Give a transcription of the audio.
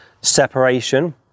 separation